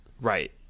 Right